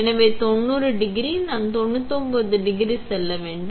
எனவே 90 டிகிரி நான் 99 டிகிரி செல்ல வேண்டும்